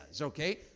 okay